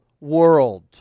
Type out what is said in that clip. world